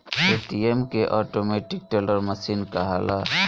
ATM के automatic teller machine कहाला